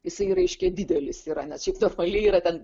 jisai reiškia didelis yra nes šiaip normaliai yra ten